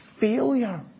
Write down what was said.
failure